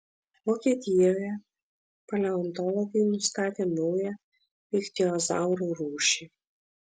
vokietijoje paleontologai nustatė naują ichtiozaurų rūšį